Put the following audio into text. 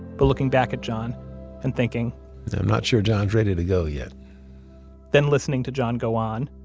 but looking back at john and thinking i'm not sure john's ready to go yet then listening to john go on,